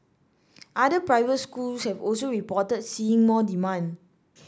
other private schools have also reported seeing more demand